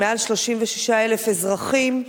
מעל 36,000 אזרחים,